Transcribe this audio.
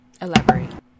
Elaborate